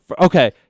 Okay